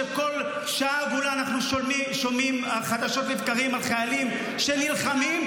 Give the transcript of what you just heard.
שכל שעה עגולה אנחנו שומעים חדשות לבקרים על חיילים שנלחמים.